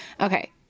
okay